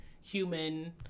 human